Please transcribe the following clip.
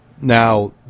Now